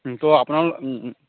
তো আপোনালো